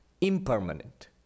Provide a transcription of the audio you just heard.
impermanent